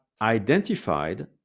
identified